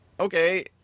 Okay